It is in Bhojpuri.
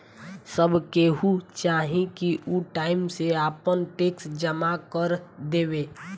सब केहू के चाही की उ टाइम से आपन टेक्स जमा कर देवे